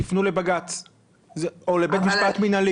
תפנו לבג"ץ או לבית משפט מינהלי.